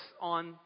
on